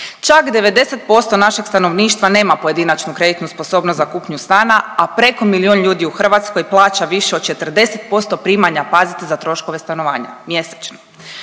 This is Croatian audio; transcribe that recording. Čak 90% našeg stanovništva nema pojedinačnu kreditnu sposobnost za kupnju stana, a preko milijun ljudi u Hrvatskoj plaća više od 40% primanja, pazite, za troškove stanovanja mjesečno.